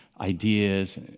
ideas